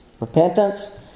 repentance